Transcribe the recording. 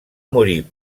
morir